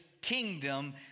kingdom